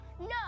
No